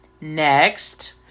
next